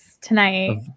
tonight